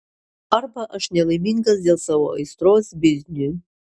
arba aš nelaimingas dėl savo aistros bizniui